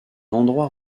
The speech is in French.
endroit